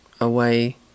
away